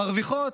מרוויחות,